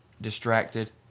distracted